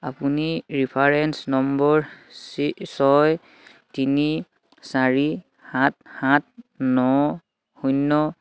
আপুনি reference number ছয় তিনি চাৰি সাত সাত ন শূন্য